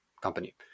company